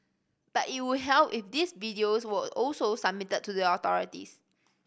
but it would help if these videos were also submitted to the authorities